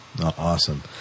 Awesome